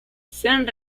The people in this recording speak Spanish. sean